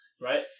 Right